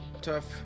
Tough